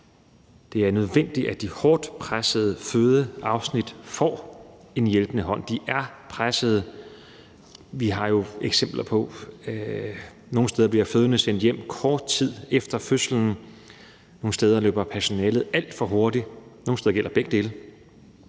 Det er nødvendigt, at de hårdt pressede fødeafsnit får en hjælpende hånd. De er pressede. Vi har jo set eksempler på, at nogle steder bliver kvinderne sendt hjem kort tid efter fødslen, og andre steder løber personalet alt for hurtigt – nogle steder gælder begge dele.